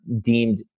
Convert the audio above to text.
deemed